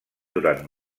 durant